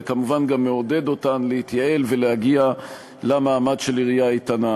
וכמובן גם מעודד אותן להתייעל ולהגיע למעמד של עירייה איתנה.